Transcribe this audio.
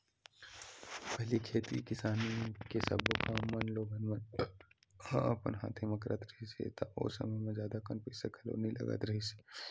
पहिली खेती किसानी के सब्बो काम मन लोगन मन ह अपन हाथे म करत रिहिस हे ता ओ समे म जादा कन पइसा घलो नइ लगत रिहिस हवय